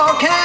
Okay